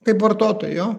kaip vartotojai jo